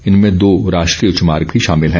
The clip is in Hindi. इनमें दो राष्ट्रीय उच्च मार्ग भी शामिल हैं